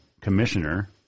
commissioner